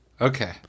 okay